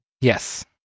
Yes